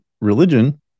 religion